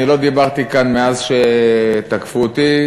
אני לא דיברתי כאן מאז תקפו אותי,